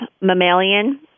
mammalian